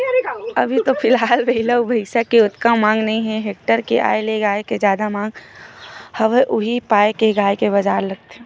अभी तो फिलहाल बइला अउ भइसा के ओतका मांग नइ हे टेक्टर के आय ले गाय के जादा मांग हवय उही पाय के गाय के बजार लगथे